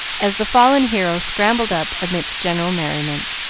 as the fallen hero scrambled up, amidst general merriment.